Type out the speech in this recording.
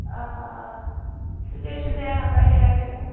آ آ سُہ تہِ حظ چھِ زینان پنٕنہِ رۄپیہِ دَہ